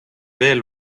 veel